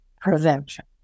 prevention